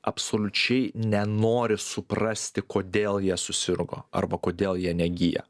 absoliučiai nenori suprasti kodėl jie susirgo arba kodėl jie negyja